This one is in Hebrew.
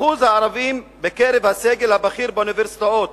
שיעור הערבים בקרב הסגל הבכיר באוניברסיטאות